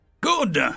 Good